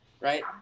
Right